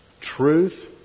truth